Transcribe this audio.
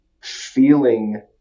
feeling